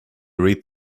read